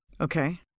Okay